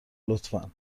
لطفا